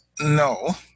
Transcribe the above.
no